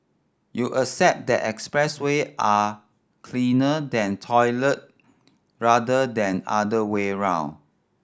you accept that expressway are cleaner than toilet rather than other way around